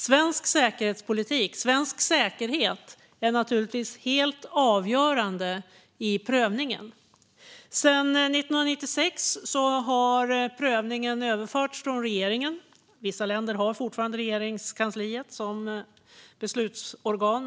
Svensk säkerhetspolitik, svensk säkerhet, är naturligtvis helt avgörande i prövningen. Redan 1996 överfördes prövningen från regeringen. Vissa länder har fortfarande sitt regeringskansli som beslutande organ.